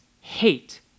hate